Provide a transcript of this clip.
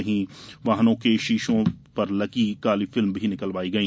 वहीं वाहनों के शीशों से काली फिल्म भी निकलवाई गई